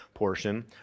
portion